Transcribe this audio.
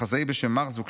מחזאי בשם מרזוק,